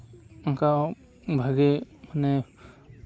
ᱚᱱᱠᱟ ᱵᱷᱟᱜᱮ ᱢᱟᱱᱮ